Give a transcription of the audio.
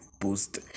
boost